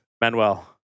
Manuel